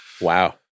Wow